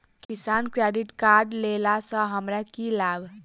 किसान credit card लेला सऽ हमरा की लाभ?